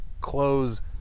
close